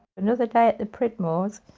another day at the pridmore's,